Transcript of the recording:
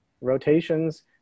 rotations